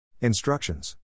Instructions